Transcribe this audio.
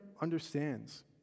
understands